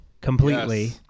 completely